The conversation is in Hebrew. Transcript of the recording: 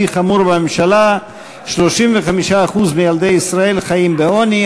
חמור בממשלה: 35% מילדי ישראל חיים בעוני,